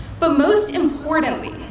but most importantly,